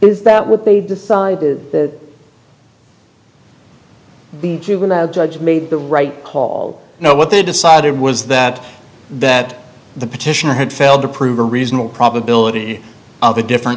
is that what they decided that the juvenile judge made the right call now what they decided was that that the petition had failed to prove a reasonable probability of a different